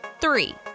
three